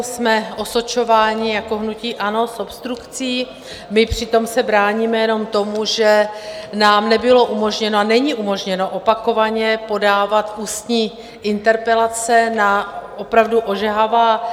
Jsme osočováni jako hnutí ANO z obstrukcí, přitom my se bráníme jenom tomu, že nám nebylo umožněno a není umožněno opakovaně podávat ústní interpelace na opravdu ožehavá témata.